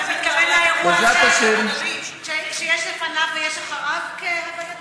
אתה מתכוון לאירוע שיש לפניו ויש אחריו כהווייתכם?